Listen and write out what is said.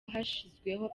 hashyizweho